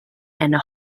and